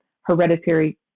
hereditary